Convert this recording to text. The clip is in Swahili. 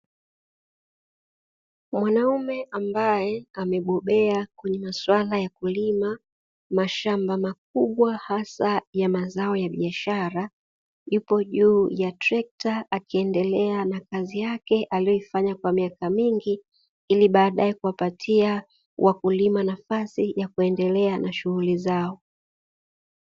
Mwanaume ambaye amebobea kwenye maswala ya kulima mashamba makubwa hasa ya mazao ya biashara, yupo juu ya trekta akiendelea na kazi yake aliyoifanya kwa miaka mingi ili baadae kuwapatia wakulima nafasi ya kuendelea na shughuli zao.